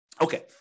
Okay